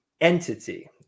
entity